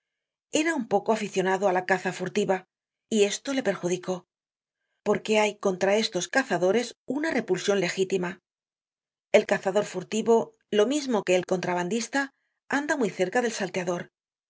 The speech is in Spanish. era un poco aficionado á la caza furtiva y esto le perjudicó porque hay contra estos cazadores una repulsion legítima el cazador furtivo lo mismo que el contrabandista anda muy cerca del salteador sin